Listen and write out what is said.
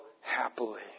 happily